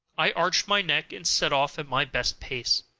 i arched my neck and set off at my best pace.